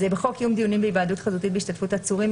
אז בחוק קיום דיונים בהיוועדות חזותית בהשתתפות עצורים,